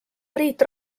priit